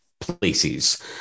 places